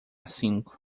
cinco